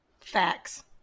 Facts